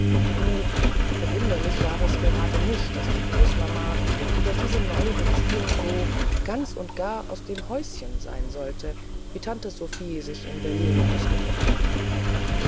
nun verwunderlich war es gerade nicht daß die großmama über diese neue beziehung so ganz und gar aus dem häuschen sein sollte wie tante sophie sich in berlin ausgedrückt hatte